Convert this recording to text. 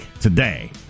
Today